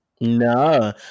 No